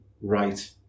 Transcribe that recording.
right